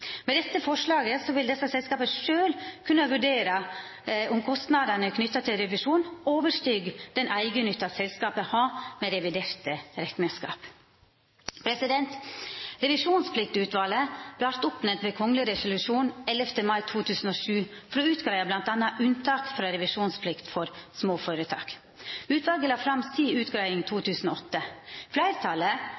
Med dette forslaget vil desse selskapa sjølve kunna vurdera om kostnadene knytte til revisjon overstig den eigennytta selskapa har med reviderte rekneskap. Revisjonspliktutvalet vart oppnemnt ved kgl. resolusjon av 11. mai 2007 for å greia ut bl.a. unntak frå revisjonsplikt for små føretak. Utvalet la fram si utgreiing